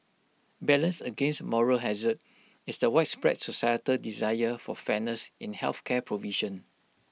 balanced against moral hazard is the widespread societal desire for fairness in health care provision